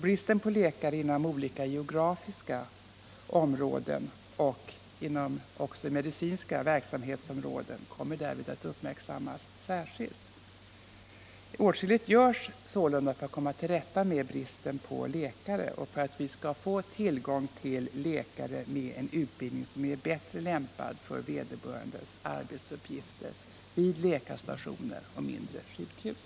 Bristen på läkare inom olika geografiska områden och även inom medicinska verksamhetsområden kommer därvid att uppmärksammas särskilt. Åtskilligt görs sålunda för att komma till rätta med bristen på läkare och för att vi skall få tillgång till läkare med en utbildning som är bättre lämpad för vederbörandes arbetsuppgifter vid läkarstationer och mindre sjukhus.